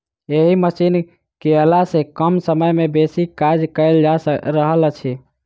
एहि मशीन केअयला सॅ कम समय मे बेसी काज कयल जा रहल अछि